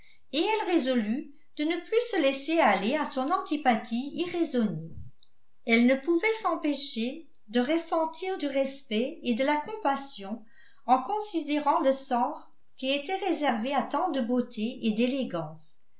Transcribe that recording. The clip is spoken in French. et elle résolut de ne plus se laisser aller à son antipathie irraisonnée elle ne pouvait s'empêcher de ressentir du respect et de la compassion en considérant le sort qui était réservé à tant de beauté et d'élégance